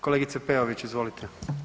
Kolegice Peović, izvolite.